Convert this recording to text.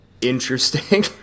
interesting